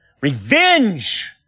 revenge